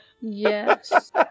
Yes